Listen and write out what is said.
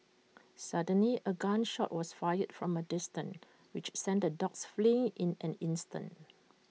suddenly A gun shot was fired from A distance which sent the dogs fleeing in an instant